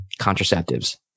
contraceptives